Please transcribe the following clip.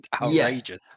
outrageous